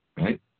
right